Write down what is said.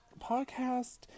podcast